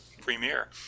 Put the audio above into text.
premiere